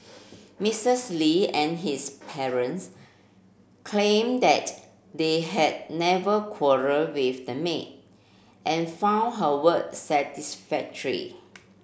Misses Li and his parents claimed that they had never quarrelled with the maid and found her work satisfactory